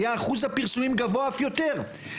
היה אחוז הפרסומים גבוה אף יותר,